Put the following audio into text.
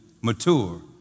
mature